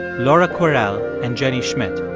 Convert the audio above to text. laura kwerel and jenny schmidt